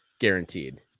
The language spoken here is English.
guaranteed